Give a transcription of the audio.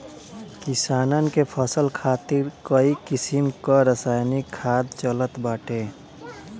किसानन के फसल खातिर कई किसिम कअ रासायनिक खाद चलत बाटे